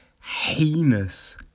heinous